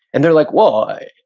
and they're like, well,